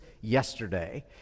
yesterday